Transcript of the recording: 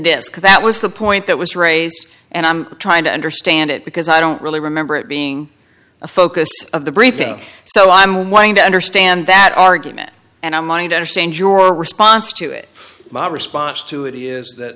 disc that was the point that was raised and i'm trying to understand it because i don't really remember it being a focus of the briefing so i'm willing to understand that argument and i mind understand your response to it my response to it is that